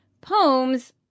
poems